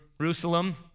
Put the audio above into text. Jerusalem